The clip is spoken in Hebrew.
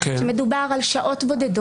שמדובר על שעות בודדות.